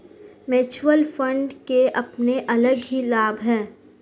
mutual fund के अपने अलग ही लाभ हैं